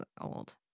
old